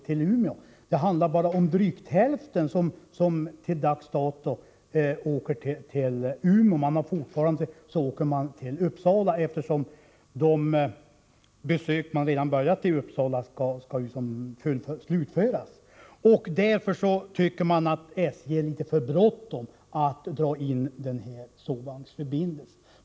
Till dags dato är det bara drygt hälften som åker till Umeå. Man åker fortfarande till Uppsala, eftersom de behandlingar som redan påbörjats där skall slutföras. Därför tycker man att SJ har haft litet för bråttom med att dra in den här sovvagnsförbindelsen.